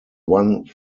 one